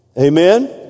Amen